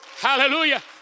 Hallelujah